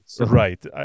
Right